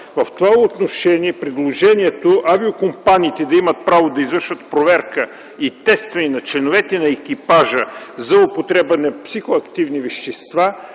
В това отношение предложението авиокомпаниите да имат право да извършват проверка и тестване на членовете на екипажа за употреба на психоактивни вещества,